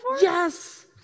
Yes